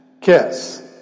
kiss